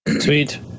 Sweet